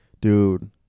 dude